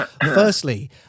Firstly